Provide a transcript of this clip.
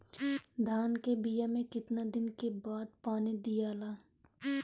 धान के बिया मे कितना दिन के बाद पानी दियाला?